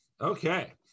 okay